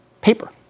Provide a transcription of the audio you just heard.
Paper